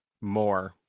more